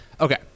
Okay